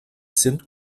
sind